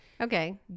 okay